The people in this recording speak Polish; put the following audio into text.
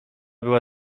była